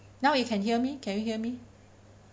now you can hear me can you hear me